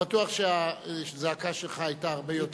בטוח שהזעקה שלך היתה הרבה יותר,